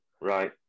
Right